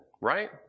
right